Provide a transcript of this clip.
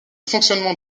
fonctionnement